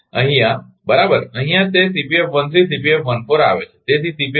અહીંયા બરાબર અહીંયા તે આવે છે